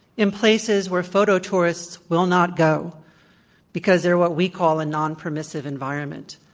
in places where photo tourists will not go because they're what we call a non-permissive environment,